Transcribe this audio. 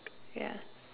ya